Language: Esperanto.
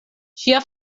ŝia